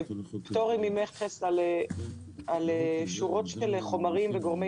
פטור ממכס על שורות של חומרים וגורמי